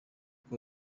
ngo